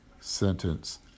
sentence